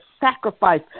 sacrifice